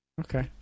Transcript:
Okay